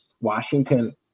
Washington